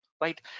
right